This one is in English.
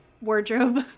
wardrobe